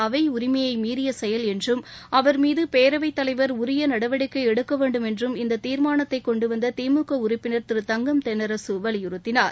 அவை உரிமையை மீறிய செயல் என்றும் அவர் மீது பேரவைத் தலைவர் உரிய நடவடிக்கை எடுக்க வேண்டும் என்றும் இந்த தீர்மானத்தை கொண்டுவந்த திமுக உறுப்பினர் திரு தங்கம் தென்னரசு வலியுறுத்தினார்